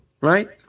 right